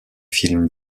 film